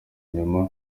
nyuma